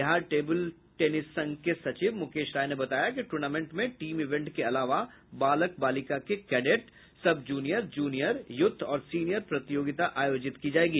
Bihar table tennis संघ के सचिव मुकेश राय ने बताया कि टूर्नामेंट में टीम इवेंट के अलावा बालक बालिका के कैडेट सबजूनियर जूनियर युथ और सीनियर प्रतियोगिता आयोजित की जायेगी